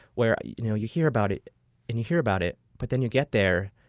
where you know you hear about it and you hear about it, but then you get there